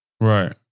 Right